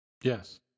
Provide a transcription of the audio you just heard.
Yes